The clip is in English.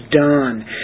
done